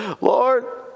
Lord